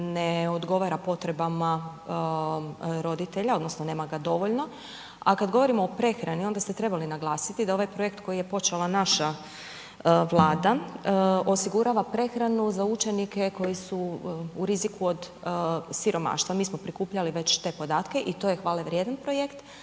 ne odgovara potrebama roditelja, odnosno nema ga dovoljno. A kada govorimo o prehrani, onda ste trebali naglasiti da ovaj projekt koji je počela naša Vlada osigurava prehranu za učenike koji su u riziku od siromaštva. Mi smo prikupljali već te podatke i to je hvale vrijedan projekt.